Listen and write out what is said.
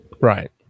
Right